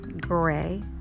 gray